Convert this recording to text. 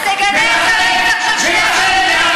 אז תגנה את הרצח של שני השוטרים.